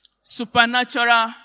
Supernatural